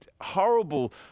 horrible